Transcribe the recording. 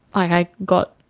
i got